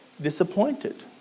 disappointed